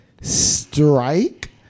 Strike